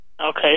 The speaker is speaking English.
Okay